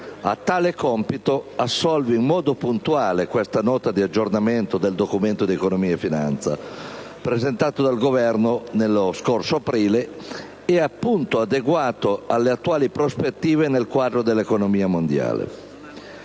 A tale compito assolve in modo puntuale questa Nota di aggiornamento al Documento di economia e finanza, presentato dal Governo lo scorso aprile, e appunto adeguato alle attuali prospettive, nel quadro dell'economia mondiale.